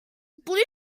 blues